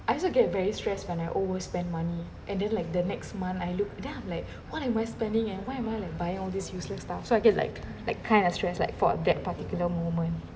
I also get very stressed when I always spend money and then like the next month I look then I'm like what am I spending and why am I like buying all these useless stuff so I get like like kind of stress like for a that particular moment